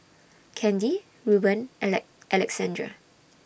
Kandy Ruben Alexandre